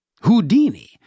Houdini